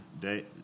day